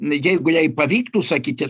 jeigu jai pavyktų sakyti